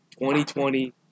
2020